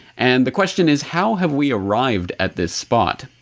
and the question is, how have we arrived at this spot?